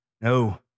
no